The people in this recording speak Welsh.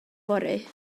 fory